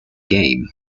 game